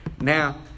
Now